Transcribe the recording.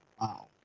Wow